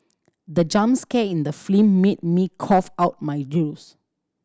the jump scare in the film made me cough out my juice